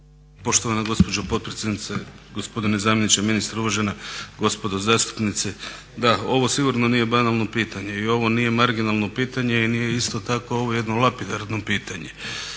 Poštovana gospođo potpredsjednice, gospodine zamjeniče ministra, uvažena gospodo zastupnici. Da, ovo sigurno nije banalno pitanje i ovo nije marginalno pitanje i nije isto tako ovo jedno lapidarno pitanje.